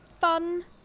fun